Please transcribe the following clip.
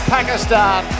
Pakistan